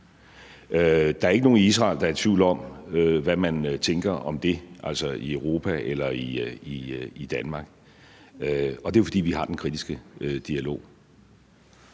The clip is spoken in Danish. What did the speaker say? Der er ikke nogen i Israel, der er i tvivl om, hvad man tænker om det, altså i Europa eller i Danmark, og det er jo, fordi vi har den kritiske dialog.